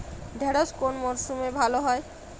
ঢেঁড়শ কোন মরশুমে ভালো হয়?